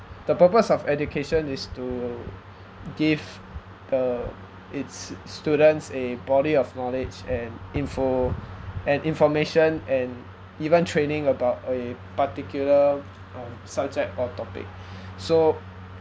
the purpose of education is to give the its students a body of knowledge and info and information and even training about a particular um subject or topic so